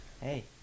Hey